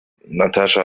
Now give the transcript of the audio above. natascha